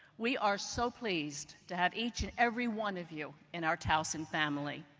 we are so pleased to have each and every one of you in our towson family.